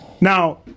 Now